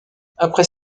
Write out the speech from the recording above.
après